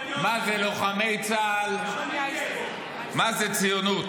מה זה לוחמי צה"ל, מה זה ציונות.